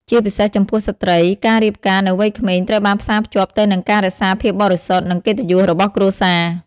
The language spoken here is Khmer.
ជាពិសេសចំពោះស្ត្រី ការរៀបការនៅវ័យក្មេងត្រូវបានផ្សារភ្ជាប់ទៅនឹងការរក្សាភាពបរិសុទ្ធ និងកិត្តិយសរបស់គ្រួសារ ។